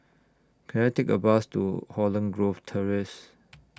Can I Take A Bus to Holland Grove Terrace